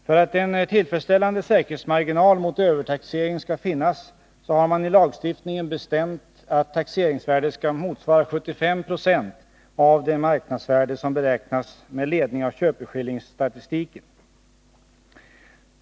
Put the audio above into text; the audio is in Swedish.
För att en tillfredsställande säkerhetsmarginal mot övertaxering skall finnas har man i lagstiftningen bestämt att taxeringsvärdet skall motsvara 75 26 av det marknadsvärde som beräknas med ledning av köpeskillingsstatistiken.